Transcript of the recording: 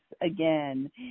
again